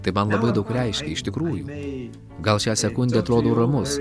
tai man labai daug reiškia iš tikrųjų gal šią sekundę atrodau ramus